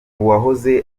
uwahoze